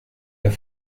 der